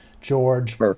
George